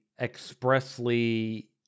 expressly